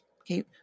Okay